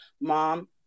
mom